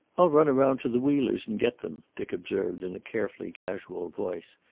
i'll run around to the wheelers' and get them, dick observed, in a carefully casual voice.